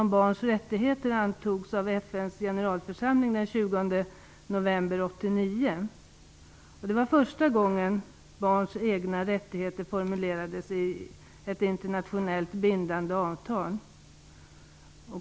FN:s generalförsamling den 20 november 1989. Det var första gången som barns egna rättigheter formulerades i ett internationellt bindande avtal.